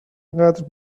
اینقد